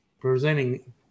presenting